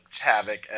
havoc